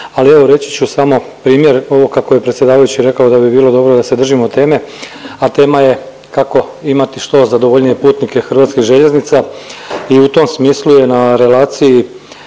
Ali evo reći ću samo primjer ovog kako je predsjedavajući rekao da bi bilo dobro da se držimo teme, a tema je kako imati što zadovoljnije putnike HŽ-a i u tom smislu je na relaciji